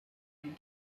and